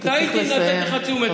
טעיתי לתת לך תשומת לב.